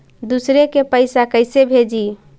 दुसरे के पैसा कैसे भेजी?